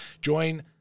Join